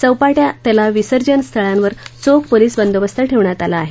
चौपाट्या तलाव विसर्जन स्थळांवर चोख पोलिस बंदोबस्त ठेवण्यात आला आहे